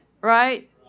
Right